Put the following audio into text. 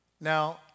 Now